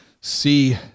See